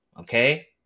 okay